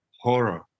horror